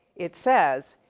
it says,